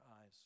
eyes